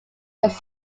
was